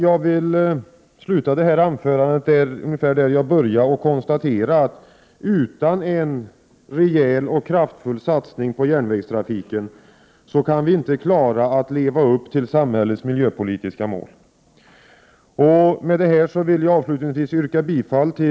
Jag vill sluta det här anförandet ungefär där jag började och konstatera att utan en rejäl och kraftfull satsning på järnvägstrafiken kan vi inte leva upp till samhällets miljöpolitiska mål.